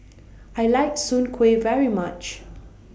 I like Soon Kuih very much